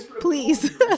Please